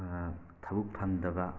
ꯊꯕꯛ ꯐꯪꯗꯕ